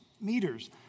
meters